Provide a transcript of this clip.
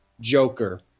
joker